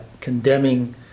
condemning